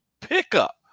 pickup